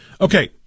Okay